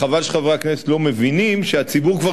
חבל שחברי הכנסת לא מבינים שהציבור כבר